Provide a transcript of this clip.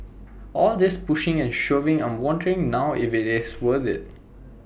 all this pushing and shoving I'm wondering now if IT is worth IT